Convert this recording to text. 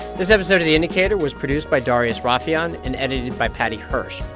this episode of the indicator was produced by darius rafieyan and edited by paddy hirsch.